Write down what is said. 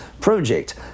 project